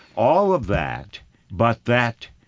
all of that but that,